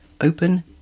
open